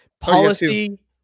policy